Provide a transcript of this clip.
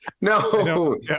No